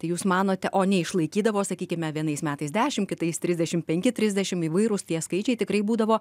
tai jūs manote o neišlaikydavo sakykime vienais metais dešim kitais trisdešim penki trisdešim įvairūs tie skaičiai tikrai būdavo